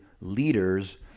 leaders